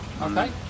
okay